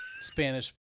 Spanish